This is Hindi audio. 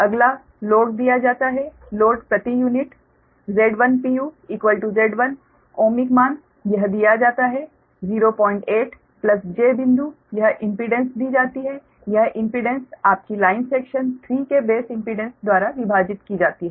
अगला लोड दिया जाता है लोड प्रति unit Z1 Z1 ohmic ohmic मान यह दिया जाता है 08 j बिंदु यह इम्पीडेंस दी जाती है यह इम्पीडेंस आपकी लाइन सेक्शन 3 के बेस इम्पीडेंस द्वारा विभाजित की जाती है